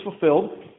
fulfilled